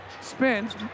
Spins